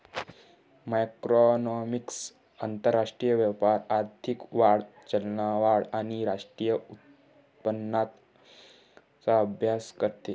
macroeconomics आंतरराष्ट्रीय व्यापार, आर्थिक वाढ, चलनवाढ आणि राष्ट्रीय उत्पन्नाचा अभ्यास करते